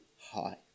high